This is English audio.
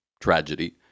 tragedy